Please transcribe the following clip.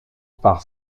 par